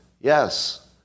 Yes